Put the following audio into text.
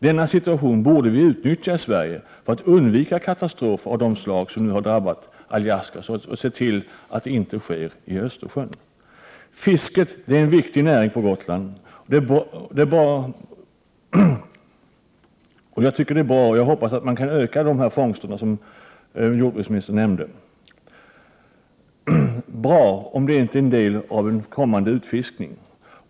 Denna situation borde vi utnyttja i Sverige för att undvika katastrofer av det slag som nu har drabbat Alaska och se till att något sådant inte sker i Östersjön. Fisket är en viktig näring på Gotland. Det är bra, och jag hoppas att man — som jordbruksministern nämnde — kan öka fångsterna. Det är bra, om det inte är en del av en kommande utfiskning.